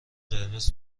قرمز